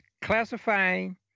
classifying